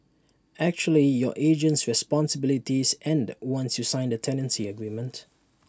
actually your agent's responsibilities end once you sign the tenancy agreement